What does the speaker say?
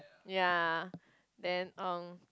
ya then uh